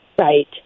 Right